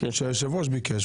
שהיושב-ראש ביקש.